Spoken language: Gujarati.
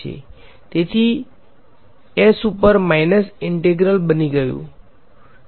તેથી આ s ઉપર માઈનસ ઈંટેગ્રલ બની ગયુ